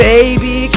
Baby